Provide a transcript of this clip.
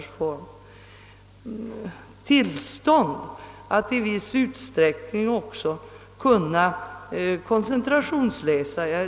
Vidare bör tillstånd ges, att i viss utsträckning koncentrationsläsa.